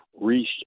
reached